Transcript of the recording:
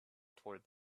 towards